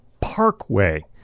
parkway